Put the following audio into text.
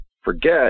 forget